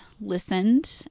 listened